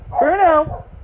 Bruno